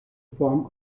form